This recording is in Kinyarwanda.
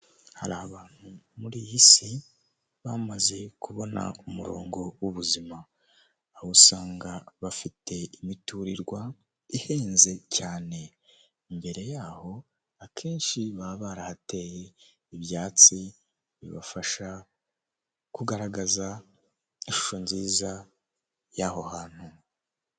Hari abantu muri iyi si, bamaze kubona umurongo w'ubuzima. Aho usanga bafite imiturirwa, ihenze cyane. Imbere yaho akenshi baba barahateye ibyatsi, bibafasha kugaragaza ishusho nziza y'aho hantu.